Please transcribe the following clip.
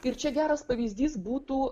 ir čia geras pavyzdys būtų